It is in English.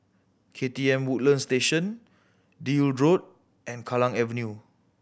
K T M Woodlands Station Deal Road and Kallang Avenue